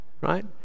right